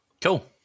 Cool